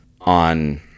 on